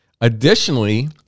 Additionally